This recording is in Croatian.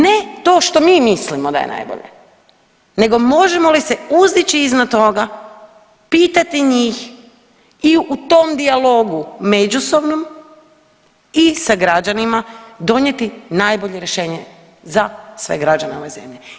Ne to što mi mislimo da je najbolje, nego možemo li se uzdići iznad toga, pitati njih i u tom dijalogu međusobnom i sa građanima donijeti najbolje rješenje za sve građane ove zemlje.